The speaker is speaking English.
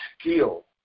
skill